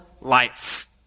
life